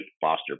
foster